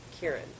Kieran